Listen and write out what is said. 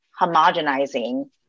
homogenizing